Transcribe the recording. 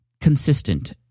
consistent